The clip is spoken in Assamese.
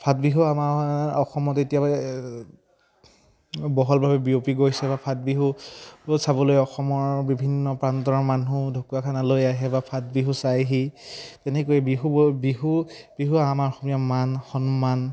ফাট বিহু আমাৰ অসমত এতিয়া বহলভাৱে বিয়পি গৈছে বা ফাট বিহু চাবলৈ অসমৰ বিভিন্ন প্ৰান্তৰ মানুহ ঢকুৱাখানালৈ আহে বা ফাট বিহু চাইহি তেনেকৈ বিহু বিহু বিহু আমাৰ অসমীয়াৰ মান সন্মান